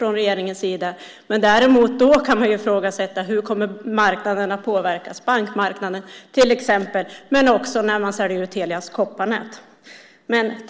Man kan däremot ifrågasätta hur marknaderna kommer att påverkas, till exempel bankmarknaden. Det gäller även när man säljer ut Telias kopparnät.